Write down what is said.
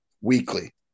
weekly